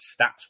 stats